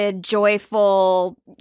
joyful